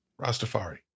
Rastafari